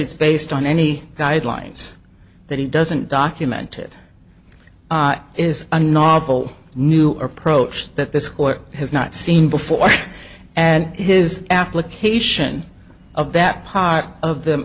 it's based on any guidelines that he doesn't document it is a novel new approach that this court has not seen before and his application of that part of the